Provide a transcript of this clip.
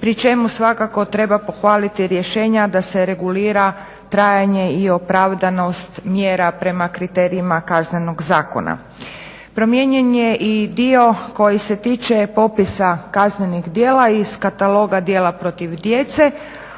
pri čemu svakako treba pohvaliti rješenja da se regulira trajanje i opravdanost mjera prema kriterijima KZ-a. Promijenjen je i dio koji se tiče popisa kaznenih djela iz kataloga djela protiv djece,